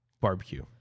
barbecue